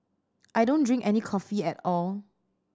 I don't drink any coffee at all